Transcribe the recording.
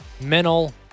mental